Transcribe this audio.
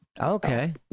Okay